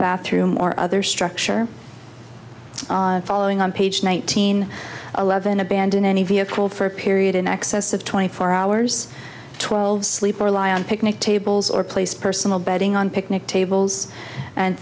bathroom or other structure following on page nineteen eleven abandon any vehicle for a period in excess of twenty four hours twelve sleep or lie on picnic tables or place personal betting on picnic tables and